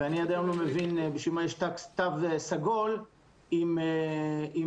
ואני עד היום לא מבין בשביל מה יש תו סגול אם התו